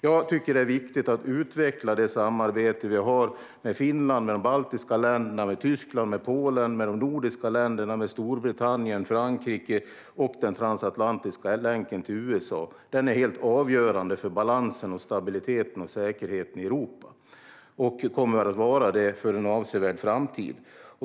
Jag tycker att det är viktigt att utveckla det samarbete vi har med Finland, de baltiska länderna, Tyskland, Polen, de nordiska länderna, Storbritannien och Frankrike samt den transatlantiska länken till USA. Den är helt avgörande för balansen, stabiliteten och säkerheten i Europa och kommer att vara det under en avsevärd framtid.